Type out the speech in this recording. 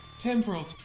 Temporal